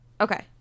Okay